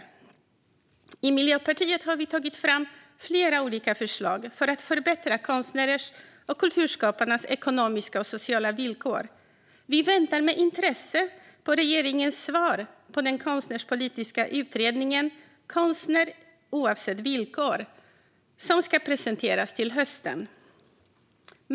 Vi i Miljöpartiet har tagit fram flera olika förslag för att förbättra konstnärers och kulturskapares ekonomiska och sociala villkor. Vi väntar med intresse på regeringens svar på Konstnärspolitiska utredningens betänkande Konstnär - oavsett villkor? som ska presenteras till hösten.